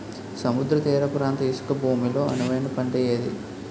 సముద్ర తీర ప్రాంత ఇసుక భూమి లో అనువైన పంట ఏది?